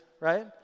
right